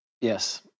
Yes